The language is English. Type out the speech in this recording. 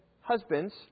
husbands